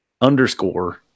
underscore